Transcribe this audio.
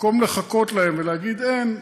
במקום לחכות להם ולהגיד: אין,